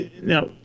Now